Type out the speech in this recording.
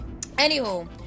Anywho